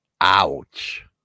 Ouch